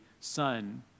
son